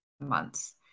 months